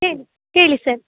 ಹೇಳಿ ಹೇಳಿ ಸರ್